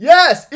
Yes